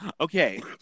Okay